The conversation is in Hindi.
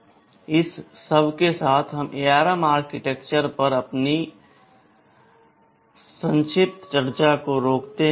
इस सब के साथ हम ARM आर्किटेक्चर पर अपनी संक्षिप्त चर्चा को रोकते हैं